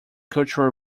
cultural